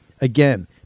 Again